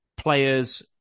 players